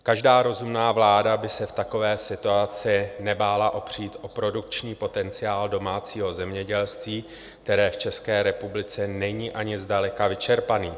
Každá rozumná vláda by se v takové situaci nebála opřít o produkční potenciál domácího zemědělství, který v České republice není ani zdaleka vyčerpaný.